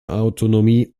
autonomie